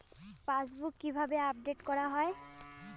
Passbook কিভাবে update করা হয়?